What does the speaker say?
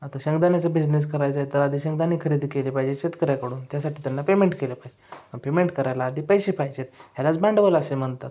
आता शेंगदाण्याचं बिझनेस करायचं आहे तर आधी शेंगदाणे खरेदी केले पाहिजे शेतकऱ्याकडून त्यासाठी त्यांना पेमेंट केलं पाहिजे पण पेमेंट करायला आधी पैसे पाहिजेत ह्यालाच भांडवल असे म्हणतात